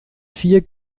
vier